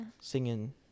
Singing